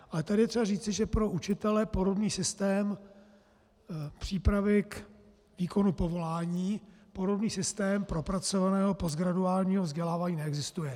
Ale tady je třeba říci, že pro učitele podobný systém přípravy k výkonu povolání, podobný systém propracovaného postgraduálního vzdělávání neexistuje.